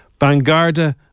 Bangarda